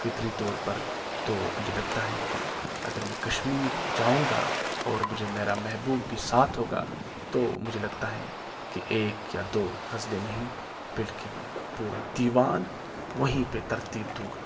فطری طور پر تو مجھے لگتا ہے کہ اگر میں کشمیر جاؤنگا اور مجھے میرا محبوب بھی ساتھ ہوگا تو مجھے لگتا ہے کہ ایک یا دو غزلیں نہیں بلکہ میں پورا دیوان وہیں پہ ترتیب دونگا